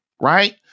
right